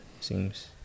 seems